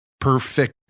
perfect